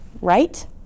right